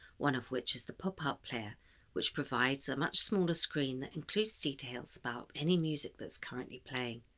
one of which is the pop-out player which provides a much smaller screen that includes details about any music that's currently playing,